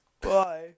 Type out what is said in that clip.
Bye